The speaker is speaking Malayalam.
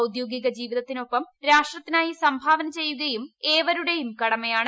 ഔദ്യോഗിക ജീവിതത്തിനൊപ്പം രാഷ്ട്രത്തിനായി സംഭാവന ചെയ്യുകയും ഏവരുടേയും കടമയാണ്